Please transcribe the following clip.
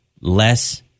less